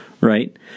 right